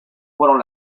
fueron